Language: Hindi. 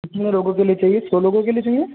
कितने लोगों के लिए चाहिए सौ लोगों के लिए चाहिए